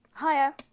Hiya